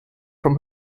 from